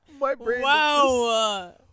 Wow